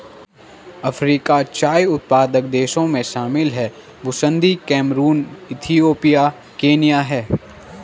Africa में चाय उत्पादक देशों में शामिल हैं बुसन्दी कैमरून इथियोपिया केन्या है